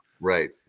Right